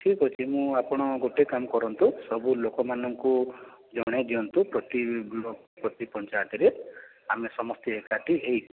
ଠିକ୍ ଅଛି ମୁଁ ଆପଣ ଗୋଟେ କାମ କରନ୍ତୁ ସବୁ ଲୋକମାନଙ୍କୁ ଜଣେଇ ଦିଅନ୍ତୁ ପ୍ରତି ପ୍ରତି ପଞ୍ଚାୟତରେ ଆମେ ସମସ୍ତେ ଏକାଠି ହୋଇ